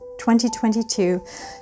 2022